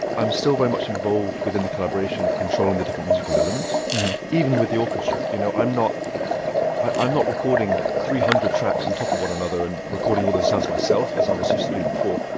i'm still very much involved within the collaboration of controlling the different musical elements even with the orchestra. you know, i'm not i'm not recording three hundred tracks on top of one another and recording all those sounds myself as i was used to doing before.